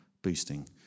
Boosting